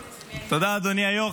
תודה, אדוני היו"ר.